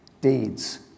deeds